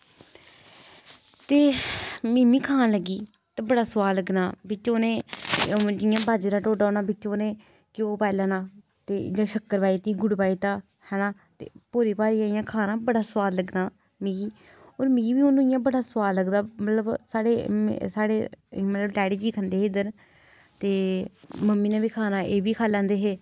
ते मिम्मी खान लगी बड़ा सोआद लग्गना बिच उ'ने जि'यां बाजरे दा ढोडा होना बिच उ'नें घ्योऽ पाई लैना ते जां शकर पाई लैनी गुड़ पाई दित्ता ते भोरी भारियै इ'यां खाना बड़ा सोआद लग्गना मिगी मिगी बी हून इ'यां बड़ा सोआद लगदा मतलब साढ़े साढ़े मतलब डैडी जी खंदे हे इद्धर ते मम्मी बी नै खाना एह् बी खाई लैंदे हे